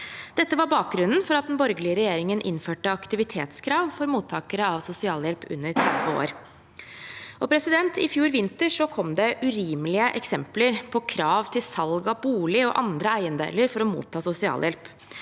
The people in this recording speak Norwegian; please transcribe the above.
Dette var bakgrunnen for at den borgerlige regjeringen innførte aktivitetskrav for mottakere av sosialhjelp under 30 år. I fjor vinter kom det urimelige eksempler på krav til salg av bolig og andre eiendeler for å motta sosialhjelp.